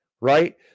right